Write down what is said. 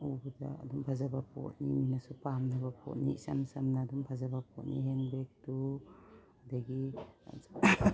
ꯎꯕꯗ ꯑꯗꯨꯝ ꯐꯖꯕ ꯄꯣꯠꯅꯤ ꯃꯤꯅꯁꯨ ꯄꯥꯝꯅꯕ ꯄꯣꯠꯅꯤ ꯏꯆꯝ ꯆꯝꯅ ꯑꯗꯨꯝ ꯐꯖꯕ ꯄꯣꯠꯅꯤ ꯍꯦꯟ ꯕꯦꯒꯇꯨ ꯑꯗꯒꯤ